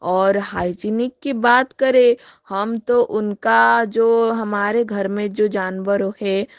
और हाइजीनिक की बात करें हम तो उनका जो हमारे घर में जो जानवर है